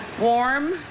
warm